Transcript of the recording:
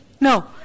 No